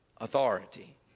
authority